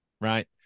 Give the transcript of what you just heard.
right